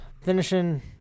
Finishing